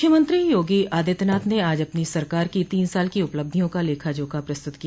मुख्यमंत्री योगी आदित्यनाथ ने आज अपनी सरकार की तीन साल की उपलब्धियों का लेखा जोखा प्रस्तुत किया